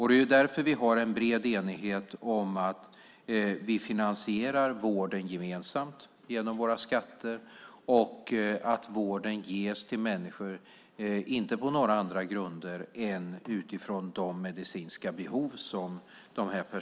Det är därför vi har en bred enighet om att vården ska finansieras gemensamt genom våra skatter och att vården inte ska ges till människor på några andra grunder än deras medicinska behov.